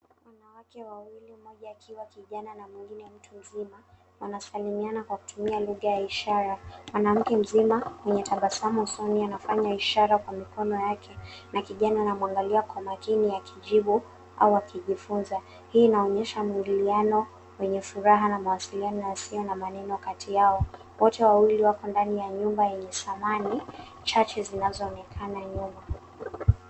Kuna wanawake wawili mmoja akiwa kijana na mwingine mtu mzima wanasalamiana kwa kutumia lugha ya ishara. Mwanamke mzima mwenye tabasamu usoni anafanya ishara kwa mikono yake na kijana ana mwangalia kwa makini akijibu au akijifunza, hii inaonyesha mwingiliano wenye furaha na mawasiliano yasiyo na maneno kati yao, wote wako ndani ya nyumba yenye samani chache zinazo onekana nyuma.